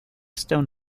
stone